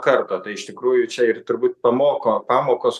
karto tai iš tikrųjų čia ir turbūt pamoko pamokos